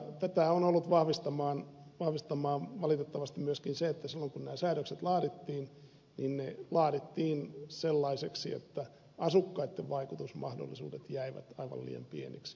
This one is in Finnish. tätä on ollut vahvistamassa valitettavasti myöskin se että silloin kun nämä säädökset laadittiin niin ne laadittiin sellaisiksi että asukkaitten vaikutusmahdollisuudet jäivät aivan liian pieniksi